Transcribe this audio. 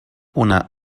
una